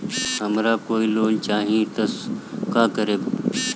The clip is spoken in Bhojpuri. हमरा कोई लोन चाही त का करेम?